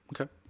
Okay